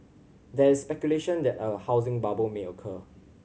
there is speculation that a housing bubble may occur